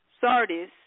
Sardis